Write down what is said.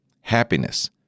happiness